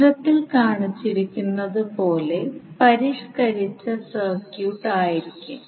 ചിത്രത്തിൽ കാണിച്ചിരിക്കുന്നതുപോലെ പരിഷ്കരിച്ച സർക്യൂട്ട് ആയിരിക്കും